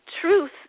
truth